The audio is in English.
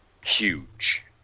huge